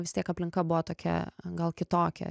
vis tiek aplinka buvo tokia gal kitokia